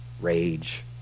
rage